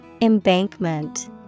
Embankment